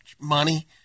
money